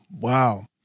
Wow